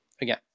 again